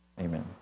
Amen